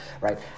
right